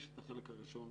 יש את החלק הראשון,